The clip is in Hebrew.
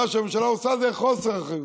מה שהממשלה עושה זה חוסר אחריות,